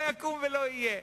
לא יקום ולא יהיה.